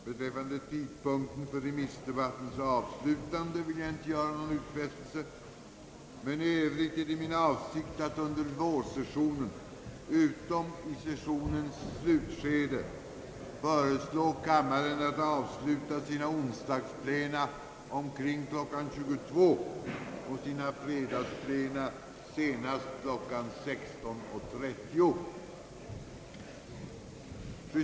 Beträffande tidpunkten för remissdebattens avslutning vill jag inte göra några utfästelser, men i övrigt är det min avsikt att under vårsessionen, utom i sessionens slutskede, föreslå kammaren att avsluta sina onsdagsplena omkring kl. 22.00 och sina fredagsplena senast kl. 16.30.